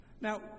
Now